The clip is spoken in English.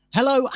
Hello